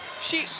she